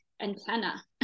antenna